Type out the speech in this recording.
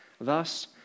Thus